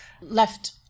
left